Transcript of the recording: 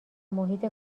محیط